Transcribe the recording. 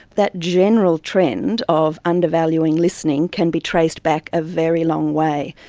that general trend of undervaluing listening can be traced back a very long way.